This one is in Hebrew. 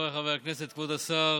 חבריי חברי הכנסת, כבוד השר,